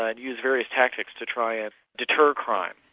ah use various tactics to try and deter crime,